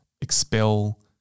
expel